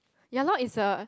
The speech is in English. ya loh it's a